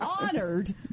honored